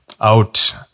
out